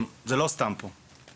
הדיון הזה לא סתם מתקיים פה היום.